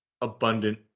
abundant